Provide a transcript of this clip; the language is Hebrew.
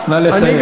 נא לסיים.